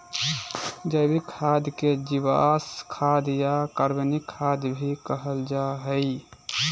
जैविक खाद के जीवांश खाद या कार्बनिक खाद भी कहल जा हइ